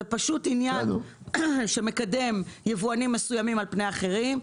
זה פשוט עניין שמקדם יבואנים מסוימים על פני אחרים,